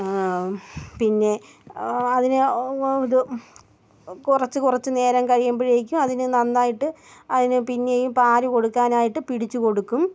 പിന്നെ അതിനെ ഇത് കുറച്ചു കുറച്ചു നേരം കഴിയുമ്പോഴേക്കും അതിനെ നന്നായിട്ട് അതിനെ പിന്നെയും പാല് കൊടുക്കാനായിട്ട് പിടിച്ചു കൊടുക്കും